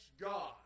God